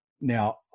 Now